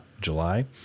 July